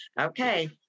Okay